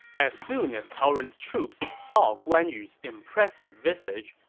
as soon as cao ren's troops saw guan yu's impressive visage,